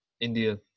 India